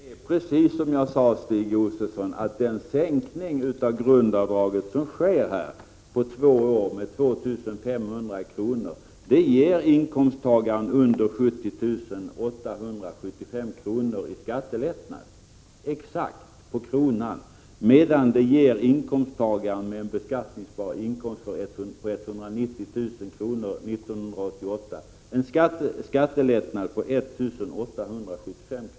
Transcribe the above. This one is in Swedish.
Herr talman! Det är precis så som jag sade, Stig Josefson, att den höjning av grundavdraget som sker på två år med 2 500 kr. ger den som har inkomster under 70 000 kr. en skattelättnad på 875 kr. — exakt på kronan — medan den som har en beskattningsbar inkomst på 190 000 kr. 1988 får en skattelättnad på 1 875 kr.